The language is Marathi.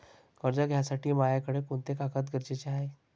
कर्ज घ्यासाठी मायाकडं कोंते कागद गरजेचे हाय?